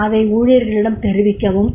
அதை ஊழியர்களிடம் தெரிவிக்கவும் வேண்டும்